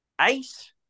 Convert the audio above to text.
ace